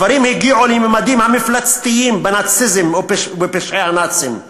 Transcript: הדברים הגיעו לממדים מפלצתיים בנאציזם ובפשעי הנאצים,